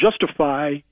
justify